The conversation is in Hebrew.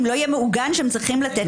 אם לא יהיה מעוגן שצריכים לתת.